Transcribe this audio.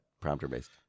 Prompter-based